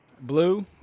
Blue